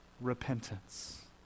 repentance